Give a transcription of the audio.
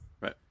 Right